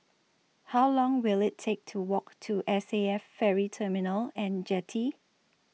How Long Will IT Take to Walk to S A F Ferry Terminal and Jetty